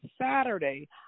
Saturday